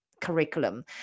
curriculum